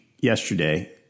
yesterday